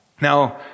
Now